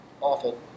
awful